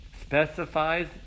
specifies